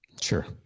Sure